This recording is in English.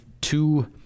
two